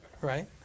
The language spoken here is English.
right